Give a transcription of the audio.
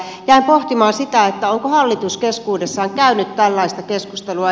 jäin pohtimaan sitä onko hallitus keskuudessaan käynyt tällaista keskustelua